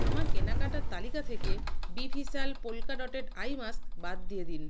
আমার কেনাকাটার তালিকা থেকে বি ভিশাল পোলকা ডটেড আই মাস্ক বাদ দিয়ে দিন